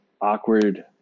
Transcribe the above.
awkward